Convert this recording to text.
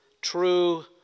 True